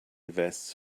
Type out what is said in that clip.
vests